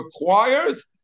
requires